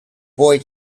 boy